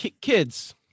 kids